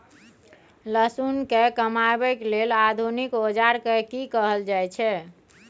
लहसुन के कमाबै के लेल आधुनिक औजार के कि कहल जाय छै?